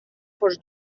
fos